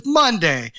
monday